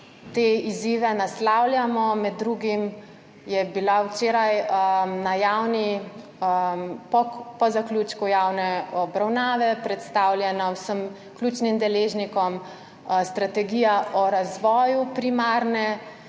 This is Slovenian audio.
te izzive naslavljamo. Med drugim je bila včeraj po zaključku javne obravnave predstavljena vsem ključnim deležnikom strategija o razvoju primarne